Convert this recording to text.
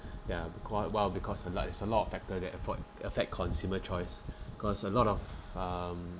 ya but quite awhile because a lot it's a lot of factor that affe~ affect consumer choice cause a lot of um